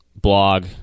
blog